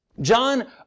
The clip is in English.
John